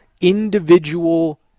individual